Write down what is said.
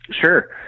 Sure